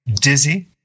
dizzy